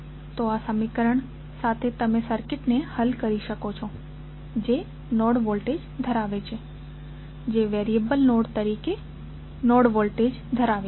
તો આ સમીકરણ સાથે તમે સર્કિટ્સને હલ કરી શકો છો જે નોડ વોલ્ટેજ ધરાવે છે જે વેરીઅબલ તરીકે નોડ વોલ્ટેજ ધરાવે છે